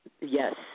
Yes